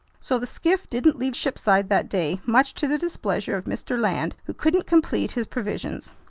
so the skiff didn't leave shipside that day, much to the displeasure of mr. land who couldn't complete his provisions.